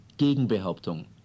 Gegenbehauptung